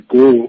go